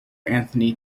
anthony